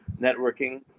Networking